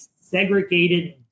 segregated